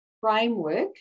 framework